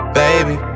baby